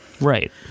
Right